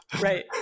Right